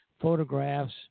photographs